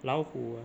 老虎 ah